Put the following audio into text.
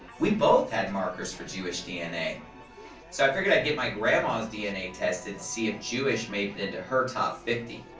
we both had markers for jewish dna, so i figured i'd get my grandma's dna tested to see if jewish made it into her top fifty.